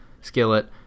skillet